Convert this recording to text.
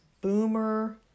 boomer